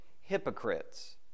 Hypocrites